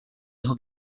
jeho